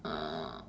uh